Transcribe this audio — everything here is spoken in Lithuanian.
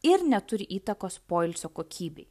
ir neturi įtakos poilsio kokybei